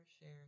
share